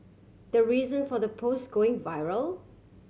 the reason for the post going viral